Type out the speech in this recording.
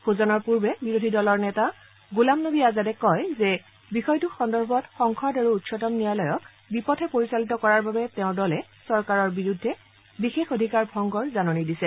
ভোজনৰ পূৰ্বে বিৰোধী দলৰ নেতা গোলাম নবী আজাদে কয় যে বিষয়টো সন্দৰ্ভত সংসদ আৰু উচ্চতম ন্যায়ালয়ত বিপথে পৰিচালিত কৰাৰ বাবে তেওঁৰ দলে চৰকাৰৰ বিৰুদ্ধে বিশেষ অধিকাৰ ভংগৰ জাননী দিছে